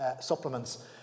supplements